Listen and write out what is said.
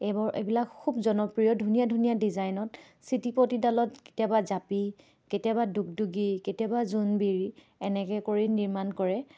এইবোৰ এইবিলাক খুব জনপ্ৰিয় ধুনীয়া ধুনীয়া ডিজাইনত চিটিপতিডালত কেতিয়াবা জাপি কেতিয়াবা দুগদুগী কেতিয়াবা জোনবিৰি এনেকৈ কৰি নিৰ্মাণ কৰে